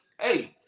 hey